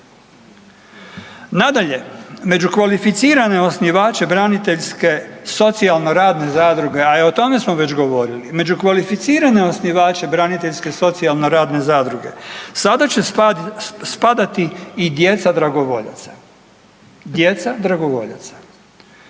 Nadalje, među kvalificirane osnivače braniteljske socijalno-radne zadruge, i o tome smo već govorili, među kvalificirane osnivače braniteljske socijalno-radne zadruge sada će spadati i djeca dragovoljaca. Djeca dragovoljac.